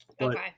Okay